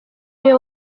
niwe